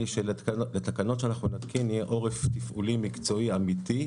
שלתקנות שנתקין יהיה עורף תפעולי מקצועי אמתי,